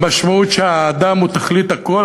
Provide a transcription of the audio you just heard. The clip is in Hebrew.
המשמעות שהאדם הוא תכלית הכול,